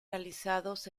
realizados